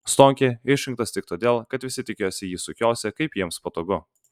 stonkė išrinktas tik todėl kad visi tikėjosi jį sukiosią kaip jiems patogu